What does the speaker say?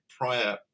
prior